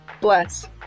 Bless